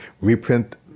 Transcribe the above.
reprint